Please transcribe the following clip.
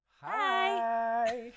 Hi